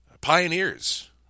pioneers